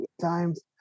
times